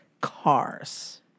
cars